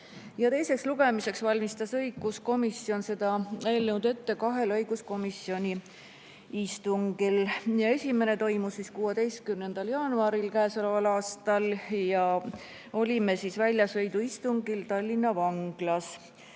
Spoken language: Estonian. Teiseks lugemiseks valmistas õiguskomisjon seda eelnõu ette kahel õiguskomisjoni istungil. Esimene toimus 16. jaanuaril käesoleval aastal ja siis olime väljasõiduistungil Tallinna Vanglas.